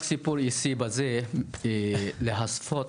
רק סיפור אישי, כדי להשוות